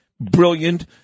brilliant